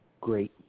Great